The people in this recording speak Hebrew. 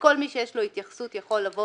וכל מי שיש לו התייחסות יכול לבוא